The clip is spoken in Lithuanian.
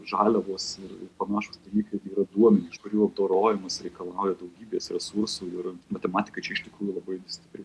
žaliavos ir panašūs dalykai tai yra duomenys kurių apdorojimas reikalauja daugybės resursų ir matematika čia iš tikrųjų labai stipri